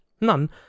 None